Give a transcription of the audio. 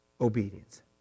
obedience